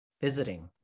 visiting